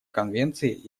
конвенции